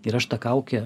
ir aš tą kaukę